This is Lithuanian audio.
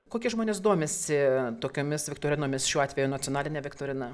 kokie žmonės domisi tokiomis viktorinomis šiuo atveju nacionaline viktorina